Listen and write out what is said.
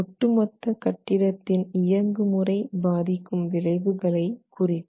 ஒட்டுமொத்த கட்டிடத்தின் இயங்குமுறை பாதிக்கும் விளைவுகளை குறிக்கும்